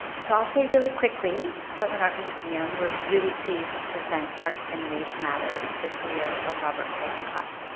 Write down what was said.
so i'll say really quickly, portland art museum, we're really pleased to present art and race matters the career of robert colescott.